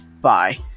Bye